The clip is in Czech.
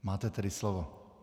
Máte tedy slovo.